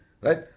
Right